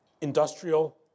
industrial